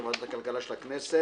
יו"ר ועדת הכלכלה של הכנסת.